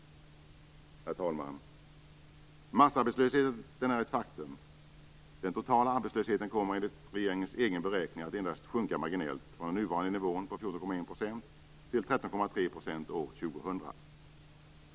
Herr talman! Massarbetslösheten är ett faktum. Den totala arbetslösheten kommer enligt regeringens egen beräkning att endast sjunka marginellt från den nuvarande nivån på 14,1 % till 13,3 % år 2000.